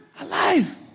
alive